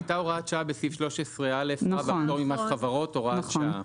הייתה הוראת שעה בסעיף 13(א) פטור ממס חברות הוראת שעה,